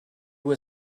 were